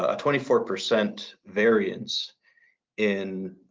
ah twenty four percent variance in